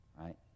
right